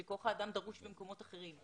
שכוח האדם דרוש במקומות אחרים.